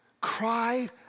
cry